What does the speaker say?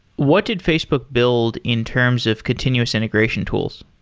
what did facebook build in terms of continuous integration tools?